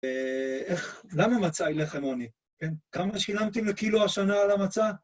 איך, למה מצה היא לחם עוני, כן? כמה שילמתם לקילו השנה על המצה?